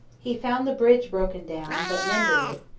he found the bridge broken down, but mended it,